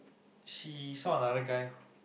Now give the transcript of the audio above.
she saw another guy